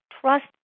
trust